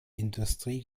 industrie